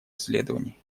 исследований